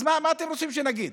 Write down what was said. אז מה אתם רוצים שנגיד?